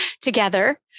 together